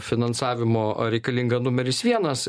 finansavimo reikalinga numeris vienas